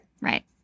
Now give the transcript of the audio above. Right